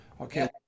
Okay